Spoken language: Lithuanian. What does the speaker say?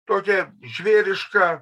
tokią žvėrišką